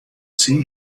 see